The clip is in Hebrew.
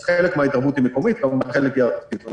אז חלק מההתערבות היא מקומית וחלק היא ארצית.